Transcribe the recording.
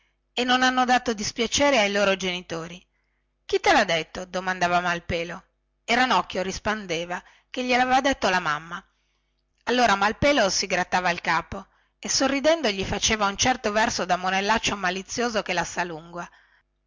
e non hanno dato dispiaceri ai loro genitori chi te lha detto domandava malpelo e ranocchio rispondeva che glielo aveva detto la mamma allora malpelo si grattava il capo e sorridendo gli faceva un certo verso da monellaccio malizioso che la sa lunga